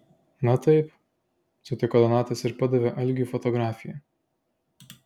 na taip sutiko donatas ir padavė algiui fotografiją